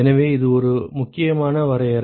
எனவே இது ஒரு முக்கியமான வரையறை